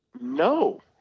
No